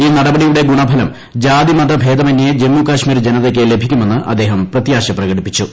ഈ നടപടിയുടെ ഗുണഫലം ജാതിമത ഭേദമന്യെ ജമ്മുകാശ്മീർ ജനതയ്ക്ക് ലഭിക്കുമെന്ന് അദ്ദേഹം പ്രത്യാശ പ്രകടിപ്പിച്ചു